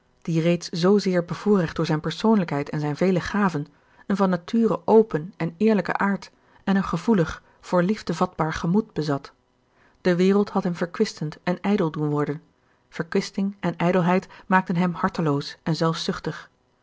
die reeds zoozeer bevoorrecht door zijn persoonlijkheid en zijn vele gaven een van nature open en eerlijken aard en een gevoelig voor liefde vatbaar gemoed bezat de wereld had hem verkwistend en ijdel doen worden verkwisting en ijdelheid maakten hem harteloos en